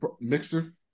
mixer